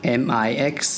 mix